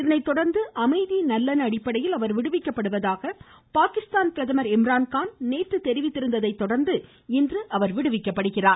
இதனைத்தொடர்ந்து அமைதி நல்லலெண்ண அடிப்படையில் அவர் விடுவிக்கப்படுவதாக பாகிஸ்தான் பிரதமர் இம்ரான்கான் நேற்று தெரிவித்திருந்ததை தொடர்ந்து இன்று அவர் விடுவிக்கப்படுகிறார்